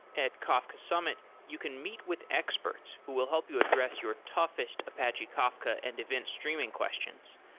at kafka summit, you can meet with experts who will help you address your toughest apache kafka and event streaming questions,